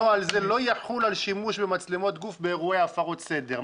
'נוהל זה לא יחול על שימוש במצלמות גוף באירועי הפרות סדר'.